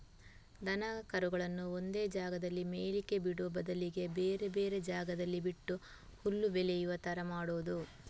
ದನ ಕರುಗಳನ್ನ ಒಂದೇ ಜಾಗದಲ್ಲಿ ಮೇಯ್ಲಿಕ್ಕೆ ಬಿಡುವ ಬದಲಿಗೆ ಬೇರೆ ಬೇರೆ ಜಾಗದಲ್ಲಿ ಬಿಟ್ಟು ಹುಲ್ಲು ಬೆಳೆಯುವ ತರ ಮಾಡುದು